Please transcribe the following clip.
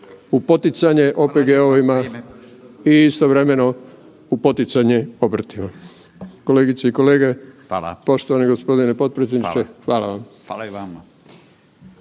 u poticanje OPG-ovima i istovremeno i u poticanje obrtima. Kolegice i kolege, poštovani gospodine potpredsjedniče hvala vam.